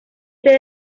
sede